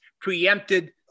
preempted